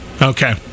Okay